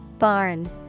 barn